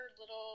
little